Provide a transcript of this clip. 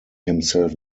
himself